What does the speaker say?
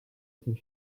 her